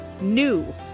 NEW